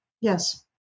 Yes